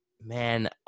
man